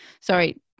sorry